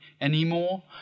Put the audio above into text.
anymore